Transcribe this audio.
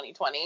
2020